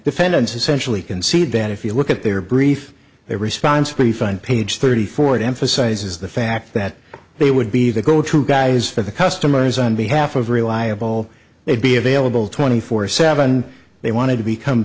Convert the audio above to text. defendants essentially can see that if you look at their brief their response we find page thirty four it emphasizes the fact that they would be the go to guys for the customers on behalf of reliable they'd be available twenty four seven they wanted to become